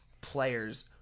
players